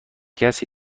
کسی